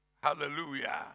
Hallelujah